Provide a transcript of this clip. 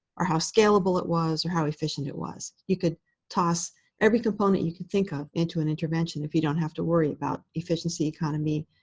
or how scalable it was, or how efficient it was. you could toss every component you can think of into an intervention if you don't have to worry about efficiency, economy,